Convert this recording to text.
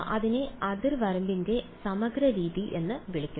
അതിനെ അതിർവരമ്പിന്റെ സമഗ്ര രീതി എന്ന് വിളിക്കുന്നു